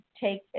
take